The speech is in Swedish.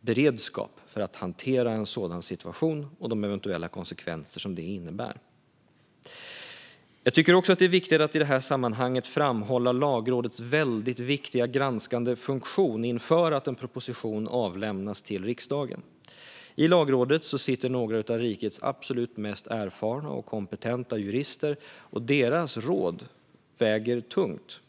beredskap för att hantera en sådan situation och de eventuella konsekvenser som det innebar. Jag tycker också att det är viktigt att i det här sammanhanget framhålla Lagrådets väldigt viktiga granskande funktion inför att en proposition avlämnas till riksdagen. I Lagrådet sitter några av rikets absolut mest erfarna och kompetenta jurister, och deras råd väger tungt.